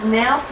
now